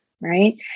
right